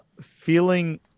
feeling